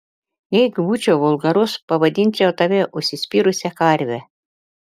jeigu būčiau vulgarus pavadinčiau tave užsispyrusia karve